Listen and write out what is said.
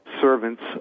servants